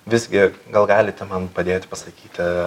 visgi gal galite man padėti pasakyti